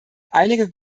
einige